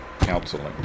counseling